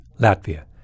Latvia